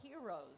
heroes